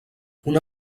una